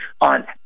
on